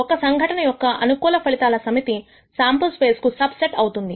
ఒక సంఘటన యొక్క అనుకూల ఫలితాల సమితి శాంపుల్ స్పేస్ కు సబ్ సెట్ అవుతుంది